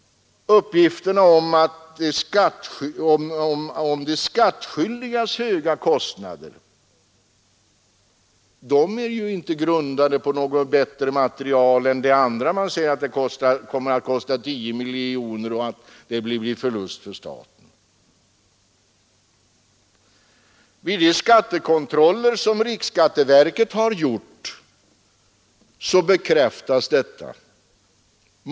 Uppgifterna om de skattskyldigas höga kostnader är inte heller grundade på något bättre material än det där man säger att det kommer att kosta 10 miljoner kronor och att det blir förlust för staten. Vid de skattekontroller som riksskatteverket har gjort bekräftas detta.